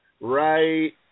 right